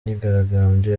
myigaragambyo